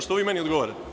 Što vi meni odgovarate?